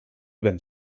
ben